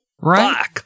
Right